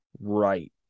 right